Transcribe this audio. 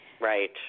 Right